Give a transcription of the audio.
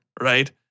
right